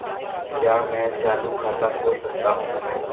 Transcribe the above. क्या मैं चालू खाता खोल सकता हूँ?